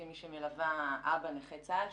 כמי שמלווה אבא נכה צה"ל,